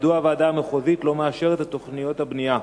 מדוע הוועדה המחוזית לא מאשרת את תוכניות הבנייה?